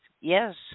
Yes